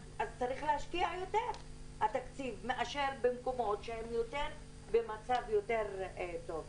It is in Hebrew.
אז צריך להשקיע יותר תקציב מאשר במקומות שהם במצב יותר טוב.